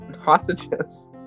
hostages